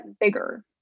bigger